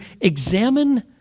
examine